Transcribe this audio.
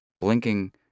Blinking